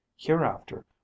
hereafter